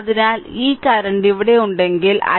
അതിനാൽ ഈ കറന്റ് ഇവിടെ ഉണ്ടെങ്കിൽ i6